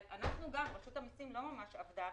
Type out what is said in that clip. רשות המסיים לא ממש עבדה,